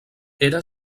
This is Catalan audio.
era